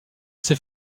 ses